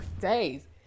days